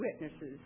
witnesses